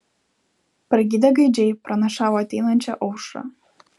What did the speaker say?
pragydę gaidžiai pranašavo ateinančią aušrą